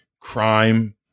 crime